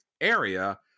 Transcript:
area